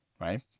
Right